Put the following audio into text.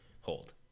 hold